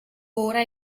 ora